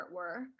artwork